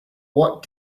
what